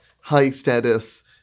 high-status